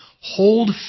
hold